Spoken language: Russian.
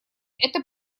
это